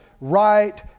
right